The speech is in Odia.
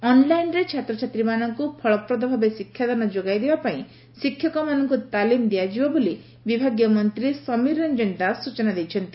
ଅନ୍ଲାଇନ୍ରେ ଛାତ୍ରଛାତ୍ରୀମାନଙ୍କୁ ଫଳପ୍ରଦ ଭାବେ ଶିକ୍ଷାଦାନ ଯୋଗାଇ ଦେବାପାଇଁ ଶିକ୍ଷକମାନଙ୍କୁ ତାଲିମ୍ ଦିଆଯିବ ବୋଲି ବିଭାଗୀୟ ମନ୍ତୀ ସମୀର ରଞ୍ଞନ ଦାସ ସୂଚନା ଦେଇଛନ୍ତି